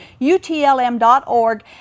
utlm.org